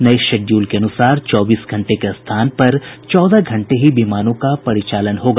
नये शेड्यूल के अनुसार चौबीस घंटे के स्थान पर चौदह घंटे ही विमानों का परिचालन होगा